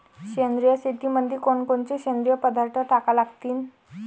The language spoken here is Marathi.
सेंद्रिय शेतीमंदी कोनकोनचे सेंद्रिय पदार्थ टाका लागतीन?